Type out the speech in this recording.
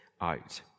out